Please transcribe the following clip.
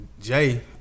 Jay